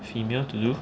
female to do